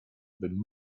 bym